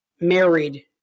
married